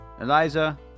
Eliza